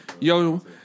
Yo